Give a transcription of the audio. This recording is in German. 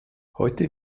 heute